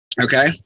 Okay